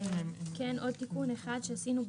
כן, עוד תיקון אחד שעשינו.